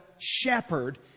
shepherd